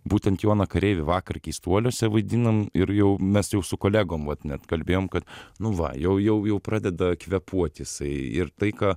būtent joną kareivį vakar keistuoliuose vaidinom ir jau mes jau su kolegom vat net kalbėjom kad nu va jau jau jau pradeda kvėpuot jisai ir tai ką